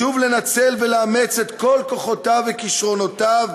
שוב לנצל ולאמץ את כל כוחותיו וכישרונותיו,